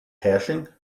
hashing